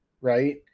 right